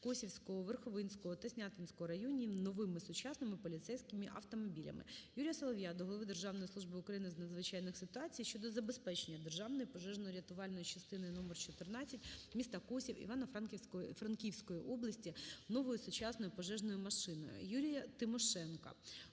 Косівського, Верховинського та Снятинського районів новими сучасними поліцейськими автомобілями. Юрія Солов'я до голови Державної служби України з надзвичайних ситуацій щодо забезпечення державної пожежно-рятувальної частини № 14 міста Косів Івано-Франківської області новою сучасною пожежною машиною. Юрія Тимошенка